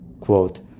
quote